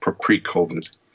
pre-COVID